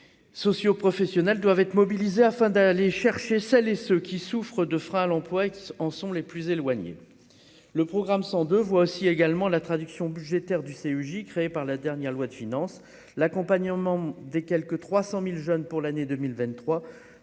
socio-professionnels doivent être mobilisées afin d'aller chercher celles et ceux qui souffrent de frein à l'emploi et qui en sont les plus éloignés, le programme 102 voix aussi également là. Traduction budgétaire du CEJ créée par la dernière loi de finances, l'accompagnement des quelque 300000 jeunes pour l'année 2023